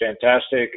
fantastic